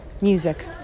music